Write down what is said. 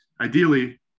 Ideally